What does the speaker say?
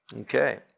Okay